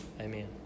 amen